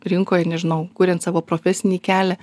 rinkoj nežinau kuriant savo profesinį kelią